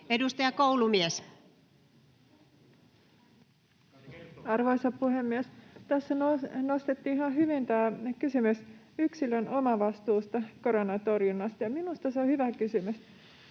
19:46 Content: Arvoisa puhemies! Tässä nostettiin ihan hyvin tämä kysymys yksilön omavastuusta koronan torjunnassa, ja minusta se on hyvä kysymys.